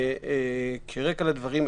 כרקע לדברים,